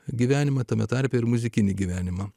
gyvenimą tame tarpe ir muzikinį gyvenimą